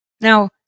Now